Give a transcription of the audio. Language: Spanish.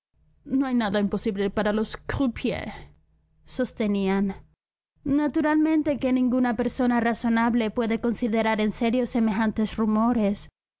no hay nada imposible para los croupiers sostenían naturalmente que ninguna persona razonable puede considerar en serio semejantes rumores